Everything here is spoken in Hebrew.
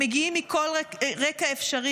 הם מגיעים מכל רקע אפשרי,